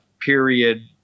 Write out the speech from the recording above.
period